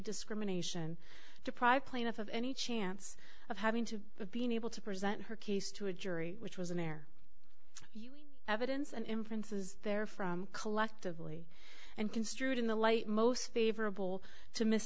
discrimination deprive plaintiff of any chance of having to be unable to present her case to a jury which was in their evidence and inferences there from collectively and construed in the light most favorable to miss